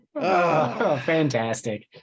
Fantastic